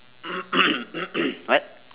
what